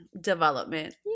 development